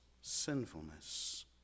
sinfulness